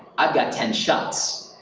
i've got ten shots.